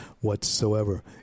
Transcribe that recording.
whatsoever